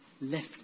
left